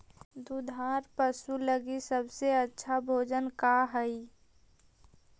दुधार पशु लगीं सबसे अच्छा भोजन का हई?